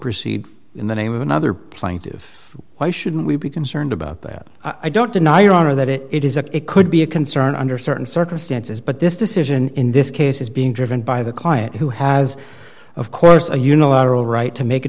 proceed in the name of another plaintive why shouldn't we be concerned about that i don't deny your honor that it is a it could be a concern under certain circumstances but this decision in this case is being driven by the client who has of course a unilateral right to make a